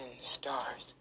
stars